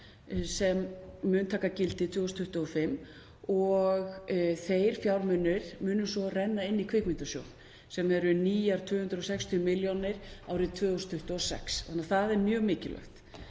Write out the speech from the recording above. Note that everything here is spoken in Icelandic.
sem mun taka gildi 2025 og þeir fjármunir munu renna inn í Kvikmyndasjóð, sem eru nýjar 260 milljónir árið 2026, það er mjög mikilvægt.